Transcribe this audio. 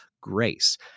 grace